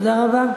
תודה רבה.